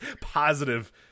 positive